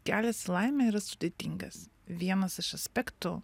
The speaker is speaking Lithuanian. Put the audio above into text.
kelias į laimę yra sudėtingas vienas iš aspektų